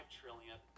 trillion